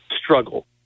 struggle